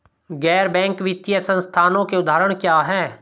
गैर बैंक वित्तीय संस्थानों के उदाहरण क्या हैं?